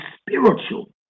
spiritual